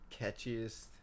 catchiest